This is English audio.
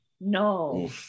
no